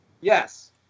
Yes